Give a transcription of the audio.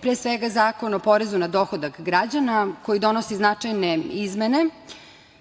Pre svega, Zakon o porezu na dohodak građana koji donosi značajne izmene,